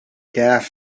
gas